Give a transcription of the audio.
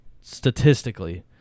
statistically